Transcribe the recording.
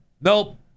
Nope